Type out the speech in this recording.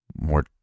more